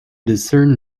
discern